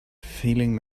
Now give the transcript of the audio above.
feeling